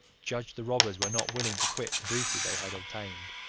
judged the robbers were not willing to quit the booty they had obtained.